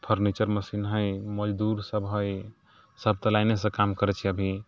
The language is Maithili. फर्निचर मशीन हइ मजदूरसब हइ सब तऽ लाइनेसँ काम करै छै अभी